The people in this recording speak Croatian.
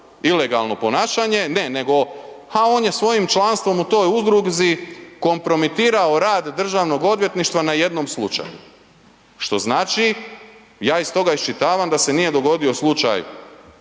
ilegalno ponašanje, ne nego ha on je svojim članstvom u toj udruzi kompromitirao rad državnog odvjetništva na jednom slučaju, što znači, ja iz toga iščitavam da se nije dogodio slučaj